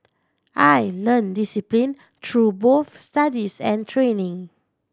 I learnt discipline through both studies and training